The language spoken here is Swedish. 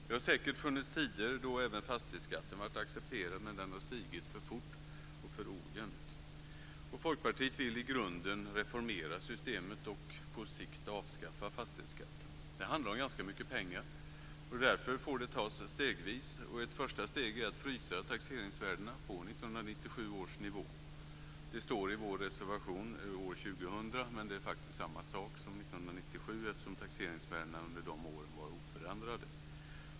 Det har säkert funnits tider då även fastighetsskatten varit accepterad, men den har stigit för fort och för ojämnt. Folkpartiet vill i grunden reformera systemet och på sikt avskaffa fastighetsskatten. Det handlar om ganska mycket pengar. Därför får det ske stegvis. Ett första steg är att frysa taxeringsvärdena på 1997 års nivå. Det står i vår reservation år 2000, men samma sak gäller faktiskt 1997 eftersom taxeringsvärdena under dessa år var oförändrade.